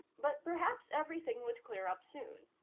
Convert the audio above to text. but perhaps everything would clear up soon.